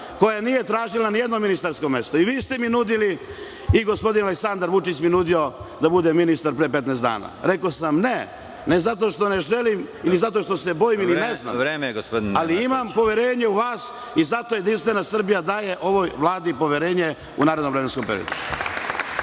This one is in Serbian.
koja nije tražila ni jedno ministarsko mesto. Vi ste mi nudili i gospodin Aleksandar Vučić mi je nudio da budem ministar pre 15 dana. Rekao sam ne. Ne zato što ne želim ili zato što se bojim, ali imam poverenje u vas i zato JS daje ovoj vladi poverenje u narednom vremenskom periodu.